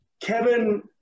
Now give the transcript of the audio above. Kevin